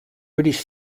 british